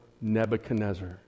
Nebuchadnezzar